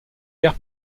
l’ère